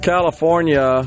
California